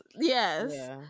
yes